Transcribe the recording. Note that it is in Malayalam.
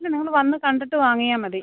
ഇല്ല നിങ്ങൾ വന്നു കണ്ടിട്ട് വാങ്ങിയാൽ മതി